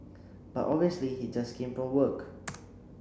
but obviously he just came from work